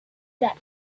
that